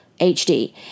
HD